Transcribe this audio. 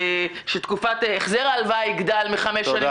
שתקופת החזר הלוואה תגדל מחמש שנים